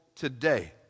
today